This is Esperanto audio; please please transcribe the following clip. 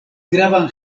gravan